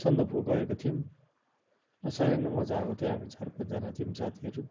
सन्दकपु गएको थियौँ साह्रै नै मजा आएको थियो हामी चार पाँचजना थियौँ साथीहरू